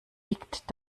liegt